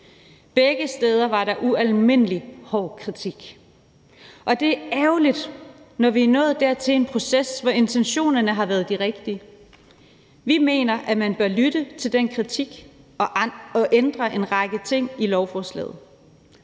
Begge steder var der ualmindelig hård kritik, og det er ærgerligt, når vi er nået dertil i en proces, hvor intentionerne har været de rigtige. Vi mener, at man bør lytte til den kritik og ændre en række ting i lovforslaget.